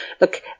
look